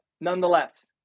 nonetheless